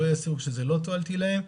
הם לא יסירו כשזה לא תועלתי להם,